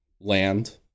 land